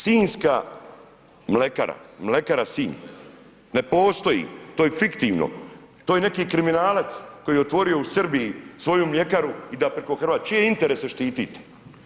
Sinjska mlekara, mlekara Sinj ne postoji, to je fiktivno to je neki kriminalac koji je otvorio u Srbiji svoju mljekaru i da preko Hrvatske, čije interese štitite?